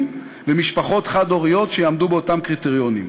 ומשפחות חד-הוריות שיעמדו באותם קריטריונים.